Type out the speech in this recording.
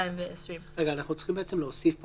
התש"ף 2020. אנחנו צריכים להוסיף פה